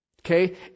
Okay